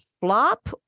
flop